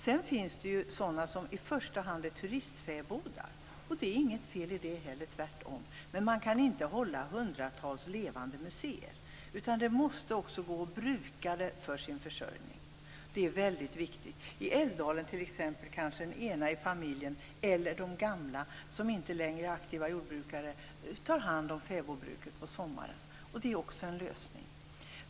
Det finns också fäbodar som i första hand är turistfäbodar. Det är inget fel i det heller - tvärtom. Men man kan inte hålla hundratals levande museer, utan det måste också gå att bruka fäbodarna för sin försörjning. Det är väldigt viktigt. I Älvdalen t.ex. kanske en i familjen eller de gamla, som inte längre är aktiva jordbrukare, tar hand om fäbodbruket på sommaren. Det är också en lösning.